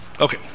okay